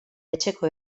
etxeko